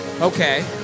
Okay